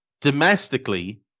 Domestically